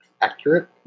accurate